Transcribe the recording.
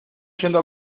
yendo